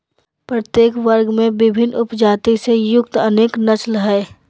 प्रत्येक वर्ग में विभिन्न उपजाति से युक्त अनेक नस्ल हइ